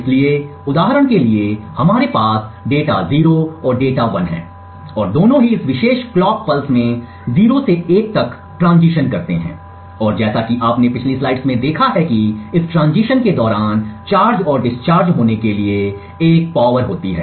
इसलिए उदाहरण के लिए हमारे पास डेटा 0 और डेटा 1 है और दोनों ही इस विशेष कलॉक पल्स में 0 से 1 तक ट्रांजिशन करते हैं और जैसा कि आपने पिछली स्लाइड्स में देखा है कि इस ट्रांजिशन के दौरान चार्ज और डिस्चार्ज होने के लिए एक शक्ति होती है